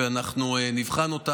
ואנחנו נבחן אותם.